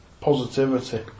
positivity